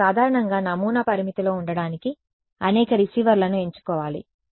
మీరు సాధారణంగా నమూనా పరిమితిలో ఉండటానికి అనేక రిసీవర్లను ఎంచుకోవాలి